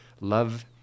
Love